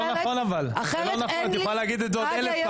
את יודעת את האמת.